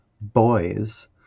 boys